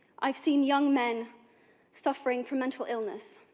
i've seen young men suffering from mental illness,